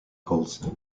calls